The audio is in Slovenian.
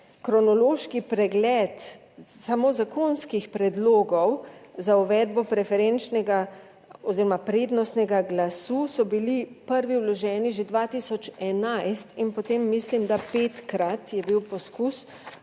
kronološki pregled samo zakonskih predlogov za uvedbo preferenčnega oziroma prednostnega glasu so bili prvi vloženi že 2011 in potem mislim, da petkrat je bil poskus